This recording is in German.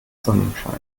sonnenschein